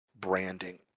branding